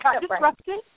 disrupted